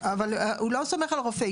אבל הוא לא סומך על הרופא.